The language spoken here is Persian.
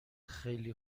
خیلی